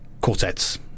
quartets